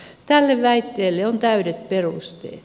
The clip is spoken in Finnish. tälle väitteelle on täydet perusteet